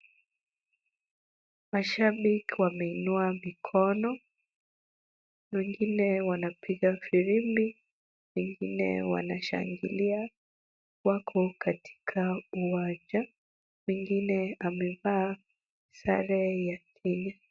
Mashabiki wameinua mikono. Wengine wanapiga firimbi. Wengine wanashangilia. Wako katika uwanja. Mwingine amevaa sare ya timu.